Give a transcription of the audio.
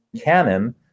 Canon